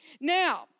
Now